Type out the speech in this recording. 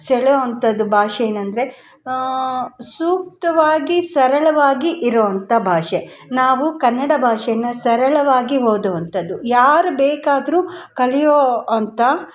ಸೆಳೆವಂತದ್ದು ಭಾಷೆ ಏನಂದರೆ ಸೂಕ್ತವಾಗಿ ಸರಳವಾಗಿ ಇರುವಂಥ ಭಾಷೆ ನಾವು ಕನ್ನಡ ಭಾಷೆನ ಸರಳವಾಗಿ ಓದುವಂಥದು ಯಾರು ಬೇಕಾದರೂ ಕಲಿಯೋ ಅಂಥ